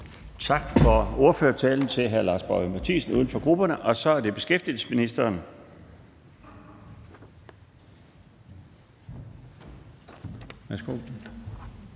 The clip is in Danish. Tak for ordførertalen til hr. Lars Boje Mathiesen, uden for grupperne. Så er det beskæftigelsesministeren.